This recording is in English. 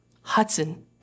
Hudson